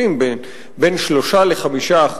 המחירים ברכבת עולים בין 3% ל-5%.